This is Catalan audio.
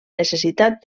necessitat